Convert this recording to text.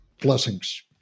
Blessings